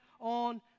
on